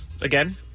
Again